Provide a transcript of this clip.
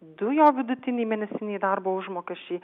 du jo vidutiniai mėnesiniai darbo užmokesčiai